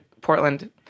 Portland